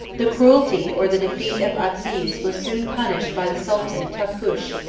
the cruelty or the defeat of atsiz was soon punished by the sultan toucush,